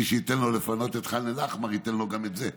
מי שייתן לו לפנות את ח'אן אל-אחמר ייתן לו גם את זה.